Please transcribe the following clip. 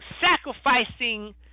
sacrificing